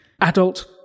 Adult